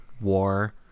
war